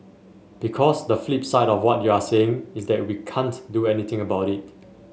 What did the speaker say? because the flip side of what you're saying is that we can't do anything about it